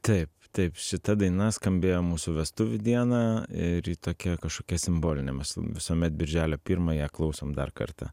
taip taip šita daina skambėjo mūsų vestuvių dieną ir ji tokia kažkokia simbolinė mes visuomet birželio pirmą ją klausom dar kartą